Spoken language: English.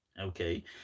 Okay